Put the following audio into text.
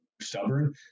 stubborn